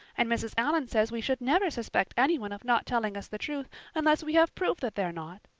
and mrs. allan says we should never suspect anyone of not telling us the truth unless we have proof that they're not.